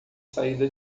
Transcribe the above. saída